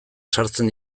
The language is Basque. sartzen